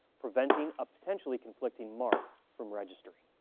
preventing a potentially conflicting mark from registering.